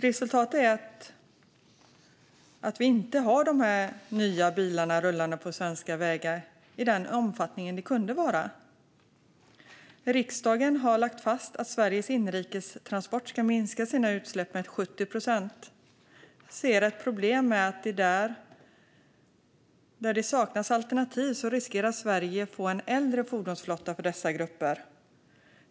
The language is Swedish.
Resultatet blir att vi inte får de här nya bilarna rullande på svenska vägar i den omfattning som vi skulle kunna ha. Riksdagen har slagit fast att Sveriges inrikestransport ska minska sina utsläpp med 70 procent. Jag ser ett problem med att Sverige riskerar att få en äldre fordonsflotta inom dessa grupper, då det saknas alternativ.